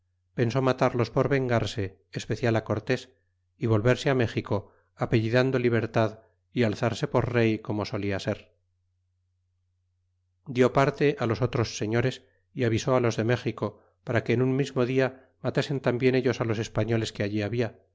pensó matarlos por vengarse especial cortés y vol verse méxico apellidando libertad y alzarse por rey como solia ser dió parte los otros señores y avisó los de méxico para que en un mesmo dia matasen tambien ellos los españo les que allí habla